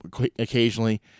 occasionally